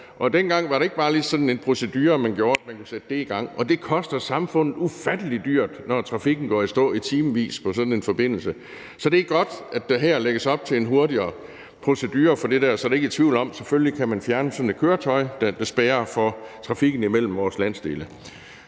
Og dengang var der ikke bare lige sådan en procedure, der gjorde, at det blev sat i gang. Og det koster samfundet ufattelig dyrt, når trafikken går i stå i timevis på sådan en forbindelse. Så det er godt, at der her lægges op til en hurtigere procedure for det, så der ikke er tvivl om, at man selvfølgelig kan fjerne sådan et køretøj, der spærrer for trafikken mellem vores landsdele.